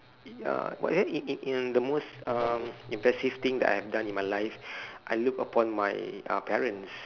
ya but then in in in the most um impressive thing that I have done in my life I look upon my parents